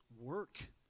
work